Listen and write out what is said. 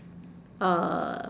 uh